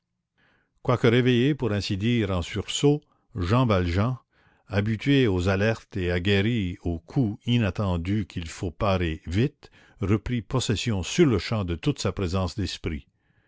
quoique réveillé pour ainsi dire en sursaut jean valjean habitué aux alertes et aguerri aux coups inattendus qu'il faut parer vite reprit possession sur-le-champ de toute sa présence d'esprit